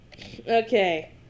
Okay